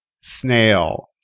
Snail